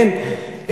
כן?